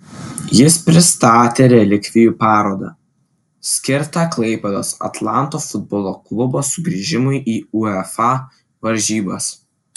jis pristatė relikvijų parodą skirtą klaipėdos atlanto futbolo klubo sugrįžimui į uefa varžybas